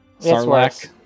Sarlacc